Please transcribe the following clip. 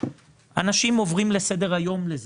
אנשים עוברים לסדר היום על זה,